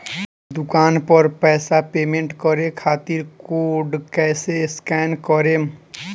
दूकान पर पैसा पेमेंट करे खातिर कोड कैसे स्कैन करेम?